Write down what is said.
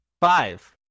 Five